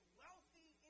wealthy